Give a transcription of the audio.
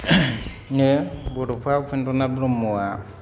नो बड'फा उपेन्द्र नाथ ब्रह्मआ